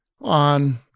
on